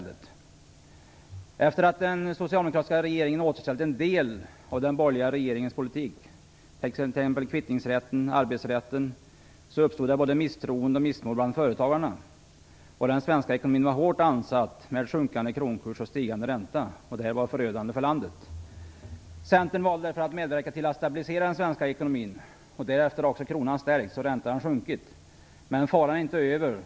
Efter att den socialdemokratiska regeringen återställt en del av den borgerliga regeringens politik - det gäller t.ex. kvittningsrätten och arbetsrätten - uppstod det misstroende och missmod bland företagarna. Den svenska ekonomin var hårt ansatt med sjunkande kronkurs och stigande ränta. Detta var förödande för landet. Centern valde därför att medverka till att stabilisera den svenska ekonomin. Därefter har kronan stärkts och räntan sjunkit. Men faran är inte över.